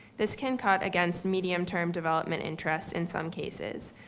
this can cut against medium term development interests in some cases,